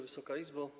Wysoka Izbo!